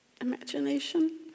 imagination